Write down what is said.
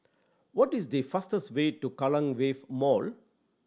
what is the fastest way to Kallang Wave Mall